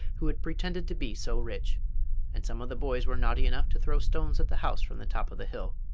who had pretended to be so rich and some of the boys were naughty enough to throw stones at the house from the top of the hill.